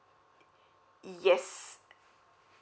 yes